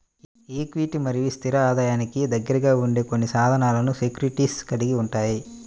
ఈక్విటీలు మరియు స్థిర ఆదాయానికి దగ్గరగా ఉండే కొన్ని సాధనాలను సెక్యూరిటీస్ కలిగి ఉంటాయి